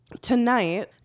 tonight